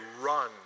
run